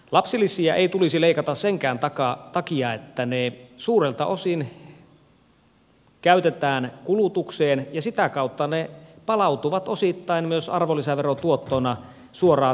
lapsilisiä ei tulisi leikata senkään takia että ne suurelta osin käytetään kulutukseen ja sitä kautta ne palautuvat osittain myös arvonlisäverotuottona suoraan takaisin valtiolle